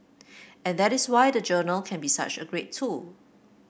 and that is why the journal can be such a great tool